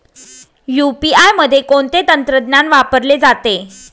UPI मध्ये कोणते तंत्रज्ञान वापरले जाते?